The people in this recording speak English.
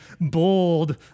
bold